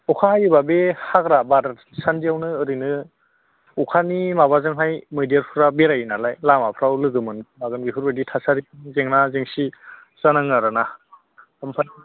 अखा हायोब्ला बे हाग्रा बारसान्दियोवनो ओरैनो अखानि माबाजोंहाय मैदेरफ्रा बेरायो नालाय लामाफोराव लोगो मोनखागोन बेफोरबायदि थासारि जेंना जेंसि जानाङो आरो ना